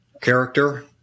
character